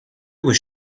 was